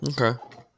Okay